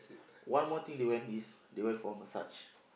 one more thing they went is they went for a massage